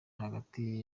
hagati